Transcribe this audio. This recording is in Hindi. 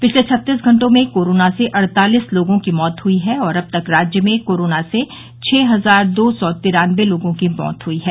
पिछले छत्तीस घंटों में कोरोना से अड़तालिस लोगों की मौत हुई और अब तक राज्य में कोरोना से छः हजार दो सौ तिरान्नबे लोगों की मौत हुई है